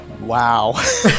Wow